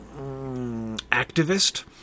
activist